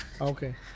Okay